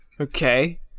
Okay